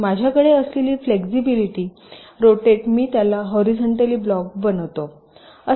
तर माझ्याकडे असलेली फ्लेक्सिबलता रोटेट मी त्याला हॉरीझॉनटली ब्लॉक बनवितो